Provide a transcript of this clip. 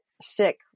sick